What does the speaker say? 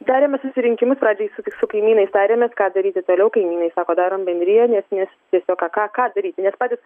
darėme susirinkimus pradžioj su su kaimynais tarėmės ką daryti toliau kaimynai sako darom bendriją nes nes tiesiog ką ką ką daryt nes patys